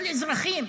אבל אזרחים,